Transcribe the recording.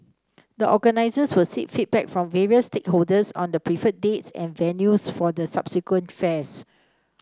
the organizers will seek feedback from various stakeholders on the preferred dates and venues for the subsequent fairs